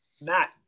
Matt